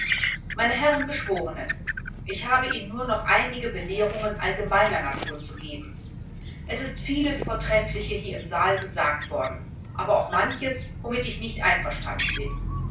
meine herren geschworenen ich habe ihnen nur noch einige belehrungen allgemeiner natur zu geben es ist vieles vortreffliche hier im saale gesagt worden aber auch manches womit ich nicht einverstanden bin